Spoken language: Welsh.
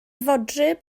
fodryb